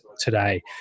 today